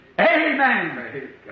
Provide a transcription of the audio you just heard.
Amen